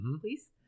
please